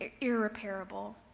irreparable